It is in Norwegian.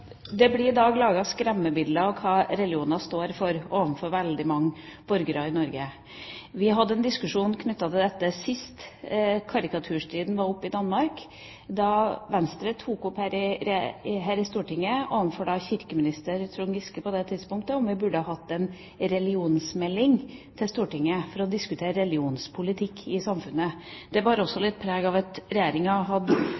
blir i dag laget skremmebilder av hva religioner står for overfor veldig mange borgere i Norge. Vi hadde en diskusjon knyttet til dette sist karikaturstriden var oppe i Danmark, da Venstre tok opp her i Stortinget overfor kirkeminister Trond Giske, på det tidspunktet, spørsmålet om vi burde fått en religionsmelding til Stortinget for å diskutere religionspolitikk i samfunnet. Det bar også litt preg av at Regjeringa hadde